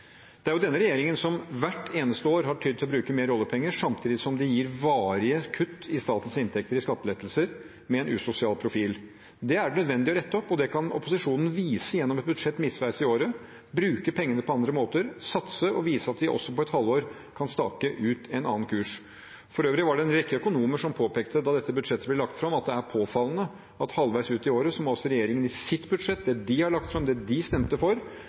Denne regjeringen har hvert eneste år tydd til å bruke mer oljepenger, samtidig som de gir varige kutt i statens inntekter i form av skattelettelser med en usosial profil. Det er nødvendig å rette opp, og det kan opposisjonen vise gjennom et budsjett midtveis i året: bruke pengene på andre måter, satse og vise at vi på et halvår kan stake ut en annen kurs. For øvrig påpekte en rekke økonomer da dette budsjettet ble lagt fram, at det er påfallende at halvveis ut i året må regjeringen i sitt budsjett – det de har lagt fram og stemte for